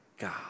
God